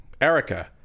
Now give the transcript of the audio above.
erica